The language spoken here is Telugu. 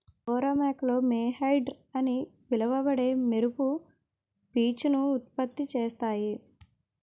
అంగోరా మేకలు మోహైర్ అని పిలువబడే మెరుపు పీచును ఉత్పత్తి చేస్తాయి